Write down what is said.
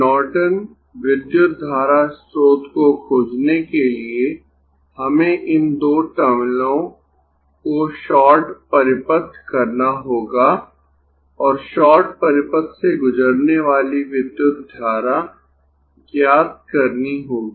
Norton विद्युत धारा स्त्रोत को खोजने के लिए हमें इन दो टर्मिनलों को शॉर्ट परिपथ करना होगा और शॉर्ट परिपथ से गुजरने वाली विद्युत धारा ज्ञात करनी होगी